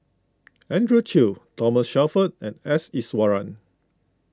Andrew Chew Thomas Shelford and S Iswaran